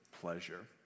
pleasure